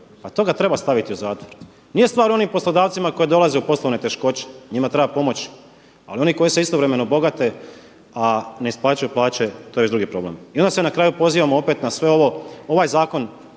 pa toga treba staviti u zatvor. Nije stvar u onim poslodavcima koji dolaze u poslovne teškoće. Njima treba pomoći. Ali oni koji se istovremeno bogate, a ne isplaćuju plaće to je već drugi problem. I onda se na kraju pozivamo opet na sve ovo, ovaj zakon